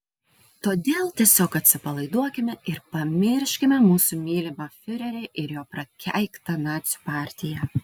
todėl tiesiog atsipalaiduokime ir pamirškime mūsų mylimą fiurerį ir jo prakeiktą nacių partiją